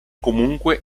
comunque